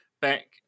back